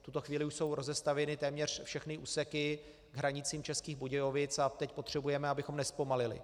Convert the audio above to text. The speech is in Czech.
V tuto chvíli už jsou rozestavěny téměř všechny úseky k hranicím Českých Budějovic a teď potřebujeme, abychom nezpomalili.